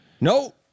No